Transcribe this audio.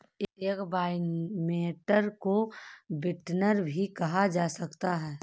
एक वाइनमेकर को विंटनर भी कहा जा सकता है